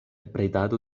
bredado